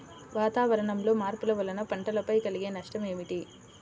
వాతావరణంలో మార్పుల వలన పంటలపై కలిగే నష్టం ఏమిటీ?